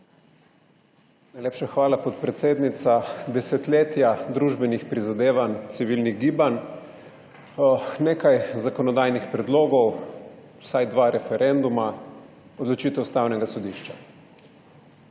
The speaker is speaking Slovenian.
Najlepša hvala, podpredsednica. Desetletja družbenih prizadevanj, civilnih gibanj, nekaj zakonodajnih predlogov, vsaj dva referenduma, odločitev Ustavnega sodišča.